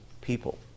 people